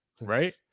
right